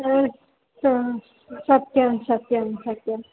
अस्तु सत्यं सत्यं सत्यं